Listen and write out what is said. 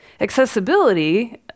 Accessibility